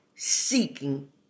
Seeking